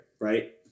right